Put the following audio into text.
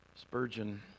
Spurgeon